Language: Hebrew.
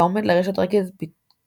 אם עומד לרשות רכז הפיתוח